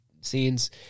scenes